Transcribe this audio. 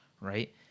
right